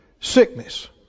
sickness